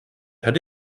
had